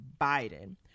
Biden